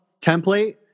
template